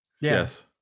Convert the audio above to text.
yes